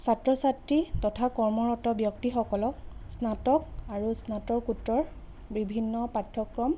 ছাত্ৰ ছাত্ৰী তথা কৰ্মৰত ব্যক্তিসকলক স্নাতক আৰু স্নাতকোত্তৰ বিভিন্ন পাঠ্যক্ৰম